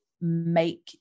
make